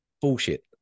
Bullshit